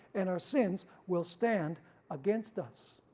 and our sins will stand against us.